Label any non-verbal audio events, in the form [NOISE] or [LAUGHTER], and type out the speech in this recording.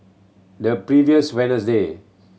the previous [UNINTELLIGIBLE] day